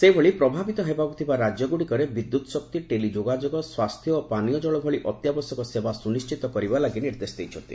ସେହିଭଳି ପ୍ରଭାବିତ ହେବାକୁ ଥିବା ରାଜ୍ୟଗୁଡ଼ିକରେ ବିଦ୍ୟୁତ୍ ଶକ୍ତି ଟେଲି ଯୋଗାଯୋଗ ସ୍ୱାସ୍ଥ୍ୟ ଓ ପାନୀୟ ଜଳ ଭଳି ଅତ୍ୟାବଶ୍ୟକ ସେବା ସୁନିଶ୍ଚିତ କରିବା ଲାଗି ନିର୍ଦ୍ଦେଶ ଦେଇଛନ୍ତି